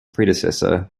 predecessor